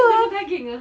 cheese dengan daging ah